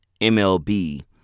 MLB